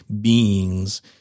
beings